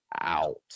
out